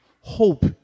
hope